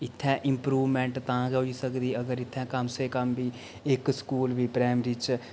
इत्थें इंप्रूवमेंट तां गै होई सकदी अगर इत्थें कम से कम बी इक स्कूल बी प्राइमरी च